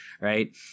Right